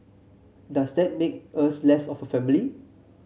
does that make us less of a family